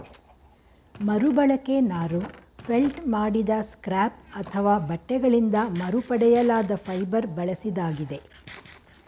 ಮರುಬಳಕೆ ನಾರು ಫೆಲ್ಟ್ ಮಾಡಿದ ಸ್ಕ್ರ್ಯಾಪ್ ಅಥವಾ ಬಟ್ಟೆಗಳಿಂದ ಮರುಪಡೆಯಲಾದ ಫೈಬರ್ ಬಳಸಿದಾಗಿದೆ